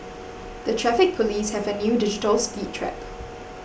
the Traffic Police have a new digital speed trap